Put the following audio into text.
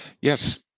Yes